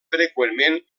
freqüentment